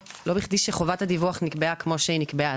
שחובת הדיווח נקבעה כמו שהיא נקבעה,